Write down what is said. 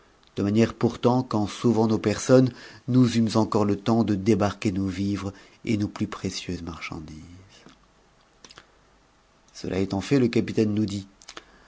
de manière pourtant qu'en snuvant nos personnes nous eûmes encore le temps de débarquer nos vivres et nos plus précieuses marchandises cela étant fait le capitaine nous dit